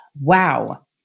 Wow